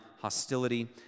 hostility